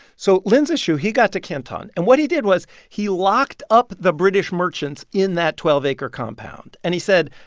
so lin zexu he got to canton, and what he did was he locked up the british merchants in that twelve acre compound. and he said,